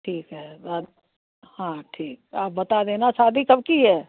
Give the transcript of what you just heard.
ठीक है हाँ ठीक आप बता देना शादी कब की है